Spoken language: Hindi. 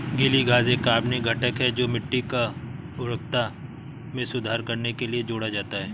गीली घास एक कार्बनिक घटक है जो मिट्टी की उर्वरता में सुधार करने के लिए जोड़ा जाता है